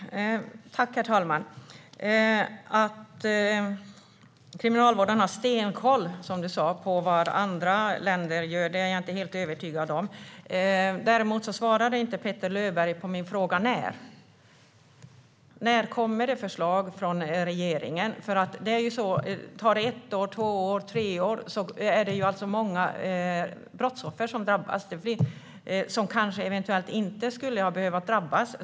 Herr talman! Jag är inte helt övertygad om att Kriminalvården har stenkoll, som Petter Löberg sa, på vad andra länder gör. Petter Löberg svarade inte på min fråga om när . När kommer det förslag från regeringen? Om det tar ett, två eller tre år är det många brottsoffer som drabbas som eventuellt annars inte skulle ha behövt drabbats.